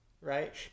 Right